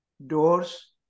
doors